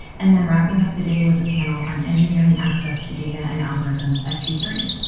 and then, wrapping up the day with a panel on engineering access to data and algorithms at two thirty.